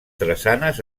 drassanes